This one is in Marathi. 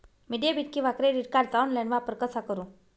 मी डेबिट किंवा क्रेडिट कार्डचा ऑनलाइन वापर कसा करु?